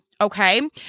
Okay